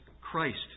Christ